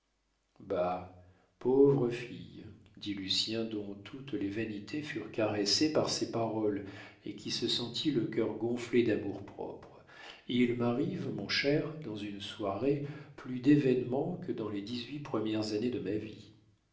pauvre fille dit lucien dont toutes les vanités furent caressées par ces paroles et qui se sentit le cœur gonflé d'amour-propre il m'arrive mon cher dans une soirée plus d'événements que dans les dix-huit premières années de ma vie